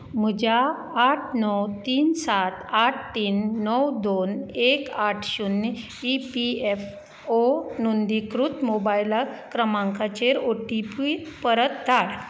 म्हज्या आठ णव तीन सात आठ तीन णव दोन एक आठ शून्य ई पी एफ ओ नोंदणीकृत मोबायल क्रमांकाचेर ओ टी पी परत धाड